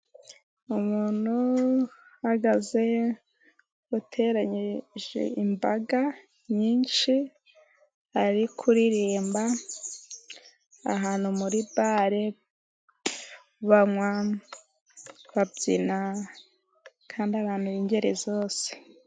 Umuntu uhagaze uteranyije imbaga nyinshi, ari kuririmba ahantu muri bale banywa, babyina kandi abantu b' ingeri zose.